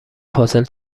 پازل